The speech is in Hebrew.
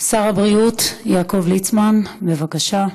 שר הבריאות, הרב יעקב ליצמן, בבקשה.